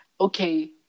Okay